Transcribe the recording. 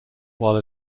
while